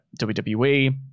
WWE